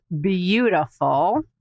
beautiful